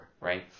right